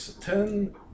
ten